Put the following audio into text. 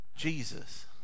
Jesus